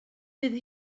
bydd